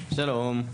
שלום.